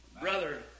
Brother